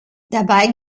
dabei